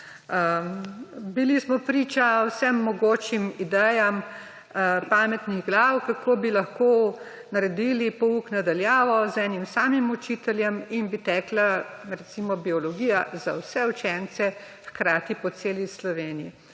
Bili smo priča vsem mogočim idejam pametnih glav, kako bi lahko naredili pouk na daljavo z enim samim učiteljem in bi tekla, recimo, biologija za vse učence hkrati po celi Sloveniji.